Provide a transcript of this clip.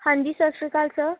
ਹਾਂਜੀ ਸਤਿ ਸ਼੍ਰੀ ਅਕਾਲ ਸਰ